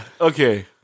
Okay